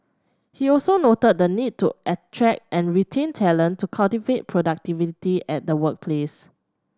he also noted the need to attract and retain talent to cultivate productivity at the workplace